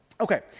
Okay